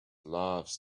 loves